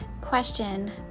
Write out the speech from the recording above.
question